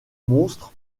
monstre